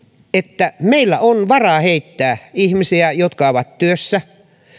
että meillä on varaa heittää ihmiset jotka ovat työssä